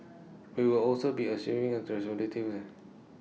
he will also be assuming responsibility for